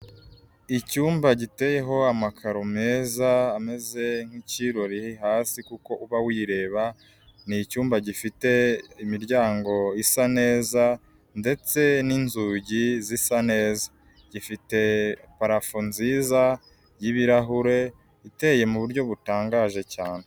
Icyumba giteyeho amakaro meza ameze nk'ikirori hasi kuko uba wireba, ni icyumba gifite imiryango isa neza ndetse n'inzugi zisa neza, gifite parafo nziza y'ibirahure iteye mu buryo butangaje cyane.